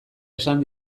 esan